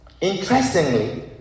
interestingly